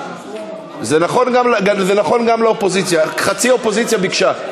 זה נכון גם לאופוזיציה, חצי אופוזיציה ביקשה.